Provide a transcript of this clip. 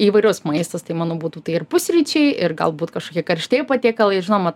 įvairus maistas tai manau būtų tai ir pusryčiai ir galbūt kažkokie karštieji patiekalai žinoma